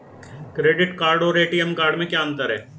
Credit card और ATM card में क्या अंतर है?